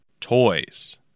Toys